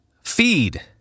feed